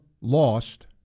lost